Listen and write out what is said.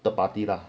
third party lah